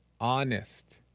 Honest